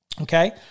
Okay